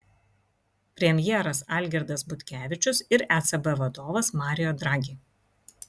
premjeras algirdas butkevičius ir ecb vadovas mario draghi